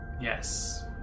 Yes